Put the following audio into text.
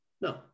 No